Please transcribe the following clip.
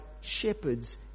shepherds